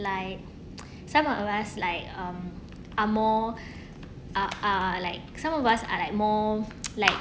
like some of us like um are more are are like some of us are like more like